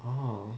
oh